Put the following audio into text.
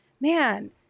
man